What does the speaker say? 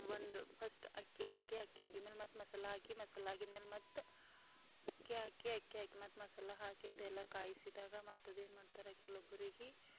ಒಂದು ಫಸ್ಟ್ ಅಕ್ಕಿ ಹಾಕಿ ಅಕ್ಕಿ ಹಾಕಿದ್ಮೇಲೆ ಮತ್ತು ಮಸಾಲ ಹಾಕಿ ಮಸಾಲ ಹಾಕಿದ ಮ್ಯಾಲ ಮತ್ತು ಅಕ್ಕಿ ಹಾಕಿ ಅಕ್ಕಿ ಹಾಕಿ ಮತ್ತು ಮಸಾಲ ಹಾಕಿ ಅದೆಲ್ಲ ಕಾಯಿಸಿದಾಗ ಮತ್ತದೇನು ಮಾಡ್ತಾರೆ ಕೆಲವೊಬ್ಬರಿಗೆ